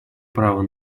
право